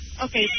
Okay